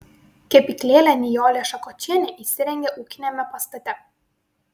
kepyklėlę nijolė šakočienė įsirengė ūkiniame pastate